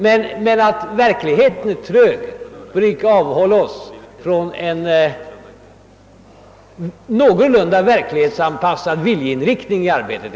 Men att verkligheten är trög bör icke avhålla oss från en i varje fall någorlunda verklighetsanpassad = viljeinriktning i arbetet.